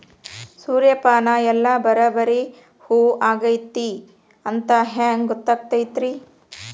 ಸೂರ್ಯಪಾನ ಎಲ್ಲ ಬರಬ್ಬರಿ ಹೂ ಆಗೈತಿ ಅಂತ ಹೆಂಗ್ ಗೊತ್ತಾಗತೈತ್ರಿ?